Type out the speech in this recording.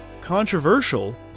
controversial